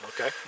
Okay